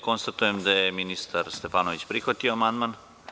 Konstatujem da je ministar Stefanović prihvatio amandman.